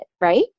right